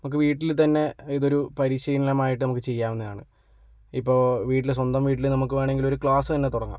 നമുക്ക് വീട്ടിൽത്തന്നെ ഇതൊരു പരിശീലനമായിട്ട് നമുക്ക് ചെയ്യാവുന്നതാണ് ഇപ്പോൾ വീട്ടിൽ സ്വന്തം വീട്ടിൽ നമുക്ക് വേണമെങ്കിൽ ഒരു ക്ലാസ്സ് തന്നെ തുടങ്ങാം